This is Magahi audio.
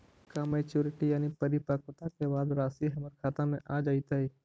का मैच्यूरिटी यानी परिपक्वता के बाद रासि हमर खाता में आ जइतई?